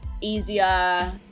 easier